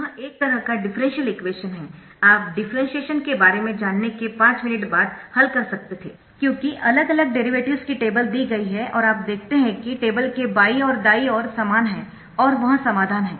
यह एक तरह का डिफरेंशियल इक्वेशन है आप डिफ्रेंशिएशन के बारे में जानने के 5 मिनट बाद हल कर सकते थे क्योंकि अलग अलग डेरिवेटिव्स की टेबल दी गई है और आप देखते है टेबल के बाईं और दाईं ओर समान है और वह समाधान है